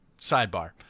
sidebar